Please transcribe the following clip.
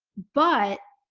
but,